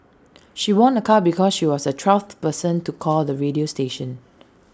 she won A car because she was the twelfth person to call the radio station